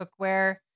cookware